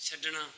ਛੱਡਣਾ